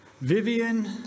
Vivian